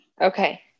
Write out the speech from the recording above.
Okay